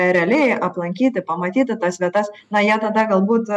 realiai aplankyti pamatyti tas vietas na jie tada galbūt